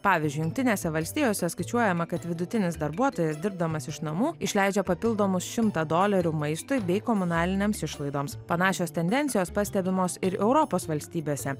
pavyzdžiui jungtinėse valstijose skaičiuojama kad vidutinis darbuotojas dirbdamas iš namų išleidžia papildomus šimtą dolerių maistui bei komunalinėms išlaidoms panašios tendencijos pastebimos ir europos valstybėse